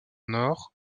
nord